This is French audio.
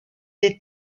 des